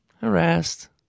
harassed